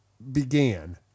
began